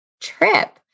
trip